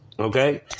Okay